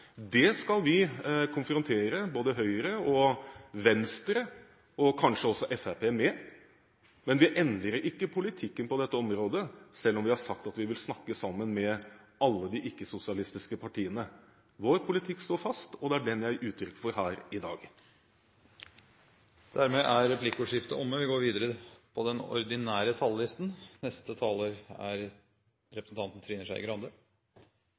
Det skal vi konfrontere både Høyre og Venstre – og kanskje også Fremskrittspartiet – med, men vi endrer ikke politikken på dette området selv om vi har sagt at vi vil snakke sammen med alle de ikke-sosialistiske partiene. Vår politikk står fast, og det er den jeg gir uttrykk for her i dag. Dermed er replikkordskiftet omme. Jeg tror det er mange rundt omkring i landet som hører på denne debatten i dag. Det er